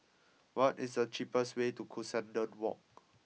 what is the cheapest way to Cuscaden Walk